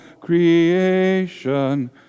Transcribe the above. creation